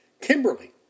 Kimberly